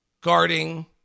Guarding